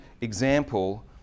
example